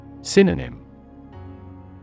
Synonym